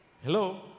Hello